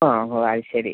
ഓ ഓ അത് ശരി